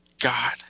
God